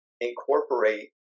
incorporate